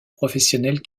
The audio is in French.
professionnels